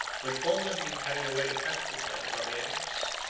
who had formerly been carried away a captive by the barbarians,